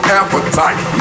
appetite